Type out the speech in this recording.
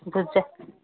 दुध चाहिँ